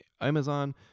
Amazon